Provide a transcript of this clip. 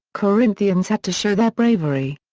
corinthians had to show their bravery.